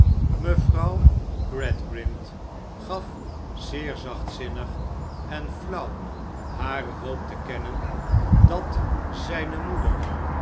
mevrouw gradgrind gaf zeer zachtzinnig en flauw hare hoop te kennen dat zijne moeder